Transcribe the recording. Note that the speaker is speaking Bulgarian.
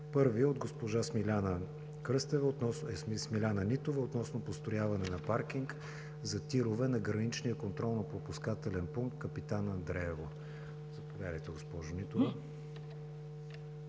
Първият е от госпожа Смиляна Нитова относно построяване на паркинг за тирове на граничния контролно-пропускателен пункт „Капитан Андреево“. Заповядайте, госпожо Нитова.